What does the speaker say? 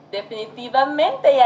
Definitivamente